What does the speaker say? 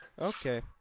Okay